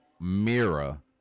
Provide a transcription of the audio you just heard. Mira